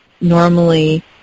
normally